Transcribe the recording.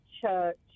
church